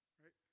right